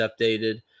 updated